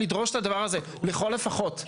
לדרוש לכל הפחות את הדבר הזה,